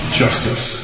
justice